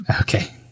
Okay